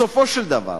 בסופו של דבר,